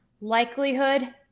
likelihood